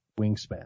wingspan